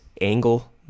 angle